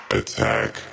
Attack